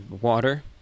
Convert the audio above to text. water